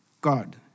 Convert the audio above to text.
God